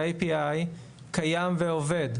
ה-API קיים ועובד,